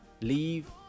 Leave